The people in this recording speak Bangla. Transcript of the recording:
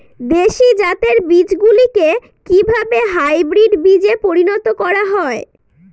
দেশি জাতের বীজগুলিকে কিভাবে হাইব্রিড বীজে পরিণত করা হয়?